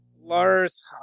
Lars